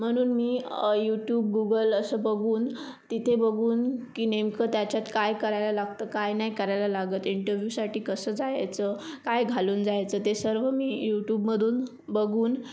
म्हणून मी YouTube Google असं बघून तिथे बघून की नेमकं त्याच्यात काय करायला लागतं काय नाही करायला लागत इंटरव्ह्यूसाठी कसं जायचं काय घालून जायचं ते सर्व मी युट्यूबमधून बघून